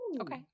Okay